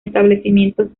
establecimientos